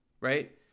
right